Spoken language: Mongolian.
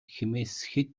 хэт